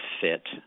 fit